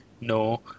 no